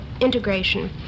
integration